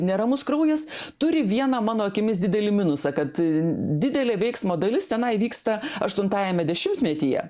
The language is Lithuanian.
neramus kraujas turi vieną mano akimis didelį minusą kad didelė veiksmo dalis tenai vyksta aštuntajame dešimtmetyje